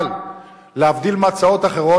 אבל להבדיל מהצעות אחרות,